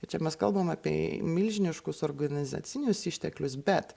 ir čia mes kalbam apie milžiniškus organizacinius išteklius bet